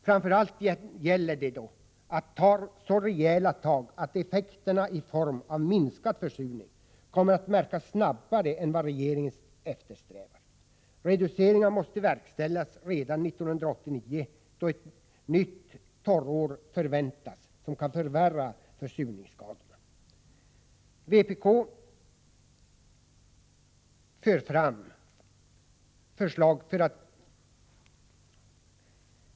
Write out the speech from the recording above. Framför allt gäller det att ta så rejäla tag att effekterna i form av minskad försurning kommer att märkas snabbare än vad regeringen eftersträvar. Reduceringar måste ha verkställts redan 1989, då ett nytt torrår, som kan förvärra försurningsskadorna, förväntas.